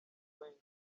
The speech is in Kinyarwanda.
wenger